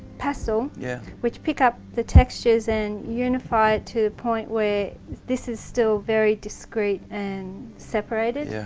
pastel yeah. which pick up the textures and unify it to the point where this is still very discreet and separated. yeah.